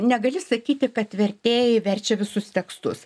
negali sakyti kad vertėjai verčia visus tekstus